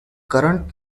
current